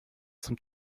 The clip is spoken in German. zum